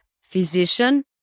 physician